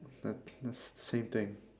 uh that's the same thing